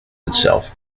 itself